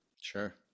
Sure